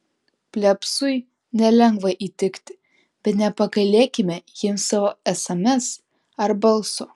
plebsui nelengva įtikti bet nepagailėkime jiems savo sms ar balso